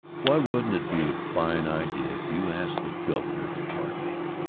why wouldn't it be a fine idea if you asked the governor to pardon him?